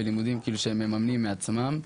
בלימודים שהם מממנים מעצמם,